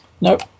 Nope